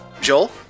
Joel